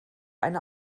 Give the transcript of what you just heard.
eine